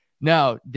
No